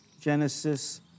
Genesis